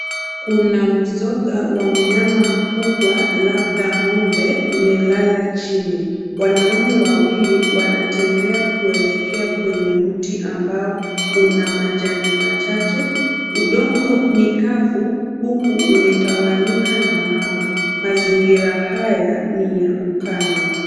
Kuna mzoga wa mnyama mkubwa labda ng'ombe umelala chini. Wanaume wawili wanatembea kuelekea kwenye mti ambao una majani machache. Udongo ni kavu huku umetawanyika na mawe. Mazingira haya ni ya ukame.